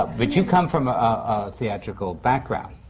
ah but you come from a theatrical background.